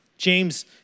James